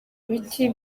biti